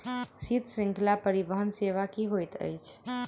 शीत श्रृंखला परिवहन सेवा की होइत अछि?